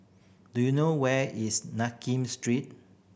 do you know where is Nakin Street